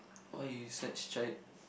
why you search tried